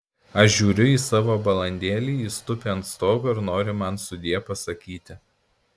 aš žiūriu į savo balandėlį jis tupi ant stogo ir nori man sudie pasakyti